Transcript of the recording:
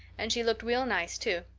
and she looked real nice too.